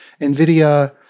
NVIDIA